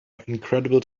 incredible